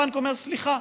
הבנק אומר: סליחה,